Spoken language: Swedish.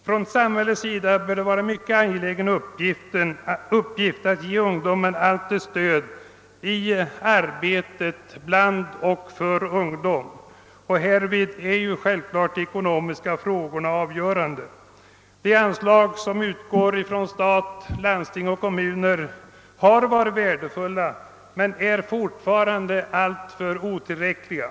För samhället bör det vara en mycket angelägen uppgift att på allt sätt stödja arbetet bland och för ungdom, och härvid är de ekonomiska frågorna självfallet avgörande. De anslag som utgår från stat, landsting och kommuner har varit värdefulla men är fortfarande otillräckliga.